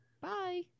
Bye